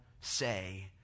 say